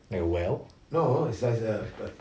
like a well